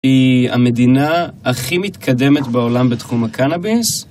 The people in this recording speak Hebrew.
היא המדינה הכי מתקדמת בעולם בתחום הקנאביס.